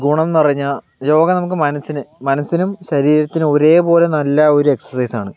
ഗുണമെന്ന് പറഞ്ഞാൽ യോഗ നമുക്ക് മനസ്സിന് മനസ്സിനും ശരീരത്തിനും ഒരേ പോലെ നല്ല ഒരു എക്സർസൈസാണ്